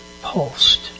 pulsed